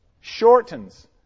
shortens